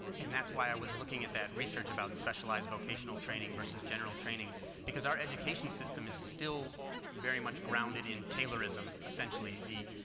and that's why i was looking at that research about specialized vocational training versus general training because our education system is still very much grounded in taylorism essentially the,